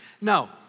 No